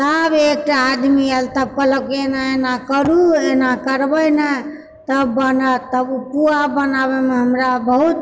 तब एकटा आदमी आएल तब कहलक एना एना करू एना करबै ने तब बनत तब ओ पुआ बनाबएमे हमरा बहुत